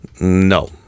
No